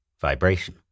vibration